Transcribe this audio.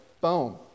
Boom